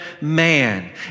man